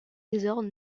désordres